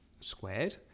squared